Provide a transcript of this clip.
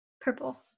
Purple